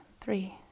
three